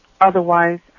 Otherwise